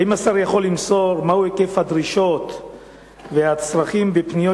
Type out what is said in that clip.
האם השר יכול למסור מהו היקף הדרישות והצרכים בפניות